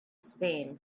spain